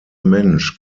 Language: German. mensch